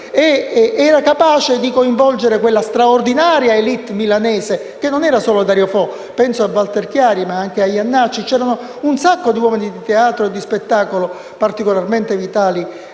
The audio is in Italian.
Ed era capace di coinvolgere quella straordinaria *élite* milanese che non era solo Dario Fo. Penso a Walter Chiari, ma anche a Enzo Jannacci. C'erano un sacco di uomini di teatro e di spettacolo particolarmente vitali